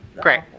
great